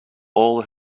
all